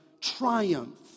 triumph